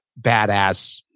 badass